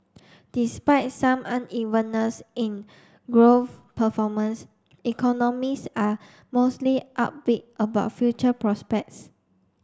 despite some unevenness in growth performance economists are mostly upbeat about future prospects